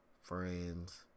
friends